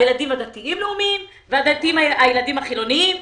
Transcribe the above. הילדים הדתיים-לאומיים ואל הילדים החילוניים.